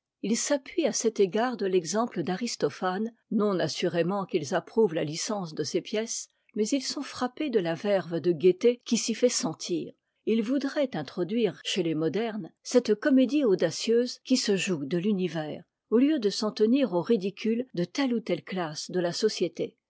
ils s'appuient à cet égard de l'exemple d'aristophane non assurément qu'ils approuvent la licence de ses pièces mais ils sont frappés de la verve de gaieté qui s'y fait sentir et ils voudraient introduire chez les modernes cette comédie audacieuse qui se joue de l'univers au lieu de s'en tenir aux ridicules de telle ou telle classe de la société